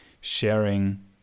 sharing